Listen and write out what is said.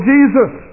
Jesus